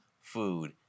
food